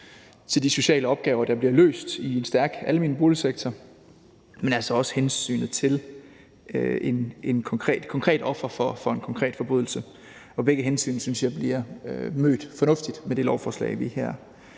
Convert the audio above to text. til de sociale opgaver, der bliver løst i en stærk almen boligsektor – men altså også hensynet til et konkret offer for en konkret forbrydelse. Begge hensyn synes jeg bliver mødt fornuftigt med det lovforslag, vi her